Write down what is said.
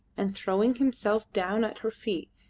and, throwing himself down at her feet,